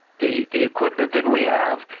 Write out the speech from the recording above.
the the equipment that we have,